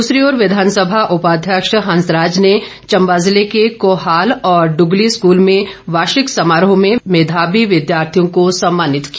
दूसरी ओर विधानसभा उपाध्यक्ष हंसराज ने चंबा जिले के कोहाल और ड्रगली स्कूल में वार्षिक समारोह में मेधावी विद्यार्थियों को सम्मानित किया